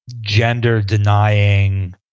gender-denying